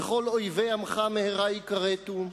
וכל אויבי עמך מהרה ייכרתו,